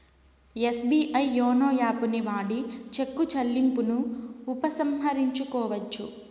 SBI YONO యాపుని వాడి cheque చెల్లింపును ఉపసంహరించుకోవచ్చు